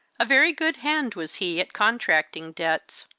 a very good hand was he at contracting debts,